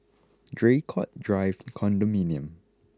Draycott Drive Condominium